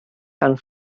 and